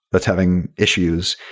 that's having issues,